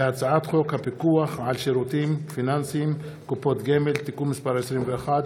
הצעת חוק הפיקוח על שירותים פיננסיים (קופות גמל) (תיקון מס' 21)